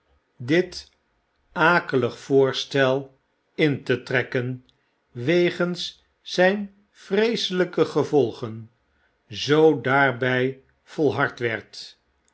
dit akelig voorstel in te trekken wegens zyn yreeselijke gevolgen zoo daarby volhard werd